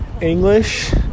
English